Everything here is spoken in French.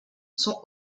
sont